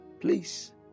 Please